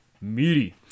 Meaty